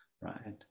Right